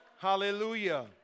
Hallelujah